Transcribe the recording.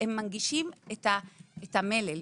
הם מנגישים את המלל,